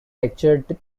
lectured